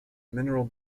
mineral